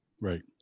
right